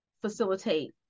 facilitate